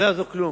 לא יעזור כלום: